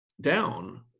down